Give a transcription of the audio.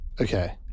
Okay